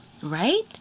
Right